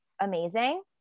amazing